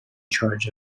charge